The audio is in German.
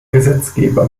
gesetzgeber